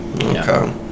Okay